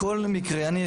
בכל מקרה,